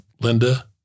Linda